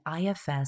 IFS